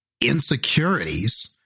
insecurities